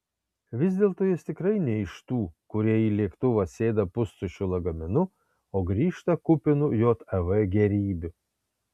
vis dėlto jis tikrai ne iš tų kurie į lėktuvą sėda pustuščiu lagaminu o grįžta kupinu jav gėrybių